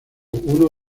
uno